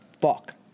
Fuck